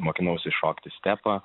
mokinosi šokti stepą